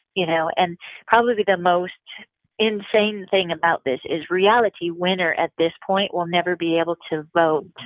you know and probably the most insane thing about this is reality winner at this point will never be able to vote